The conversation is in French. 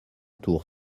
tour